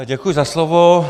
Děkuji za slovo.